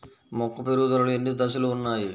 మొక్క పెరుగుదలలో ఎన్ని దశలు వున్నాయి?